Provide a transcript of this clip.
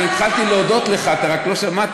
אני התחלתי להודות לך, אתה רק לא שמעת.